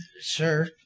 sure